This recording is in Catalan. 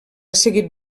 seguit